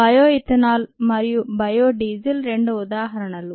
bio ethanol మరియు bio diesel రెండు ఉదాహరణలు